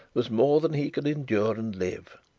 was more than he could endure and live.